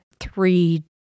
three